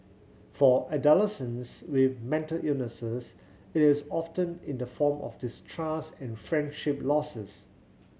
for adolescents with mental illness it is often in the form of distrust and friendship losses